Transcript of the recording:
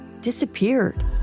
disappeared